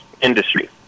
industry